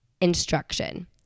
instruction